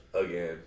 again